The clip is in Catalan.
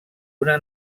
una